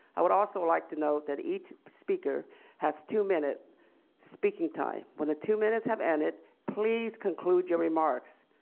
i would also like to note that each speaker has two minutes speaking time, when the two minutes have ended please conclude your remarks.